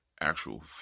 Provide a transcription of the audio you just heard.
actual